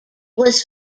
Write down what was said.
was